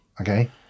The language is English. Okay